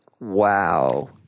WoW